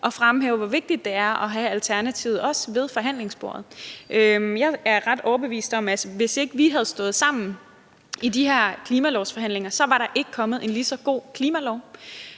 at fremhæve, hvor vigtigt det er netop også at have Alternativet med ved forhandlingsbordet. Jeg er ret overbevist om, at hvis ikke vi havde stået sammen i de her klimalovsforhandlinger, så var der ikke kommet så god en klimalov